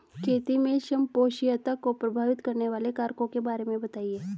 खेती में संपोषणीयता को प्रभावित करने वाले कारकों के बारे में बताइये